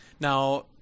Now